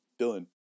Dylan